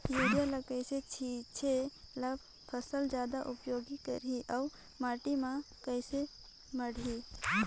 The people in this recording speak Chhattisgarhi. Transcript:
युरिया ल कइसे छीचे ल फसल जादा उपयोग करही अउ माटी म कम माढ़ही?